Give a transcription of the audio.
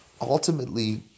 ultimately